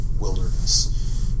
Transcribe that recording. wilderness